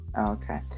okay